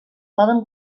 poden